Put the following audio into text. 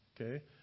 okay